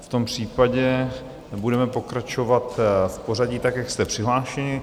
V tom případě budeme pokračovat v pořadí tak, jak jste přihlášeni.